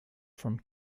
from